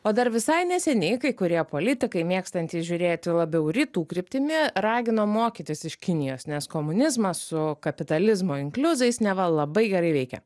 o dar visai neseniai kai kurie politikai mėgstantys žiūrėti labiau rytų kryptimi ragino mokytis iš kinijos nes komunizmas su kapitalizmo inkliuzais neva labai gerai veikia